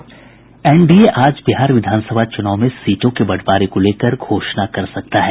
NDA आज बिहार विधानसभा चुनाव में सीटों के बंटवारे को लेकर घोषणा कर सकता है